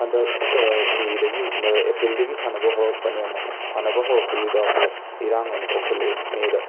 ꯍꯟꯗꯛ ꯃꯦꯗꯒꯤ ꯑꯦꯄ꯭ꯔꯤꯜꯗꯒꯤ ꯁꯥꯟꯅꯕ ꯍꯧꯔꯛꯄꯅꯦ ꯑꯃꯨꯛ ꯁꯥꯅꯕ ꯍꯧꯔꯛꯄꯁꯤꯗ ꯑꯃꯨꯛ ꯏꯔꯥꯡ ꯑꯃꯨꯛ ꯊꯣꯛꯆꯜꯂꯛꯑꯦ ꯃꯦꯗ